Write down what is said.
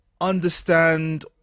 understand